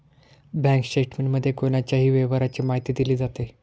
bank स्टेटमेंटमध्ये कोणाच्याही व्यवहाराची माहिती दिली जाते